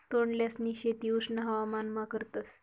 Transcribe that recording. तोंडल्यांसनी शेती उष्ण हवामानमा करतस